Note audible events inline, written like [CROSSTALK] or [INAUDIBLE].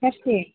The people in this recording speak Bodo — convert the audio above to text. [UNINTELLIGIBLE]